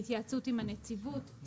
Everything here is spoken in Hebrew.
בהתייעצות עם הנציבות,